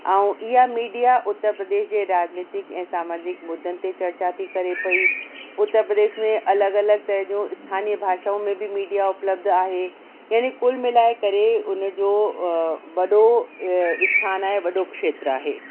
ऐं इहा मीडिया उत्तर प्रदेश जे राजनीतिक ऐं समाजिक मुद्दनि ते चर्चा थी करे पेई उत्तर प्रदेश में अलॻि अलॻि तरह जो स्थानीय भाषाऊं में बि मीडिया उपलब्ध आहे यानि कुल मिलाए करे हुनजो वॾो आस्थानु आहे वॾो खेत्रु आहे